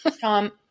Tom